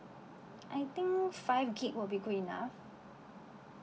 I think five gig will be good enough